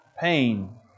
Pain